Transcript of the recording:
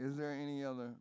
is there any other